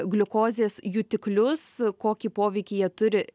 gliukozės jutiklius kokį poveikį jie turi